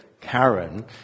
Karen